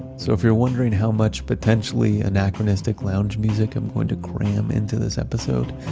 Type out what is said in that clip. so if you're wondering how much potentially anachronistic lounge music i'm going to cram into this episode,